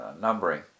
numbering